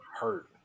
Hurt